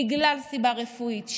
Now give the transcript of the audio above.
בגלל סיבה רפואית,